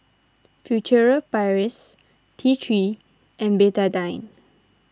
Furtere Paris T three and Betadine